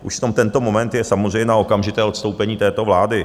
Už v tom tento moment je samozřejmě na okamžité odstoupení této vlády.